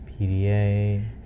PDA